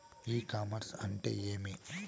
ఇ commerce అంటే ఏమి?